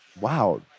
wow